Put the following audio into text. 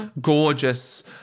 gorgeous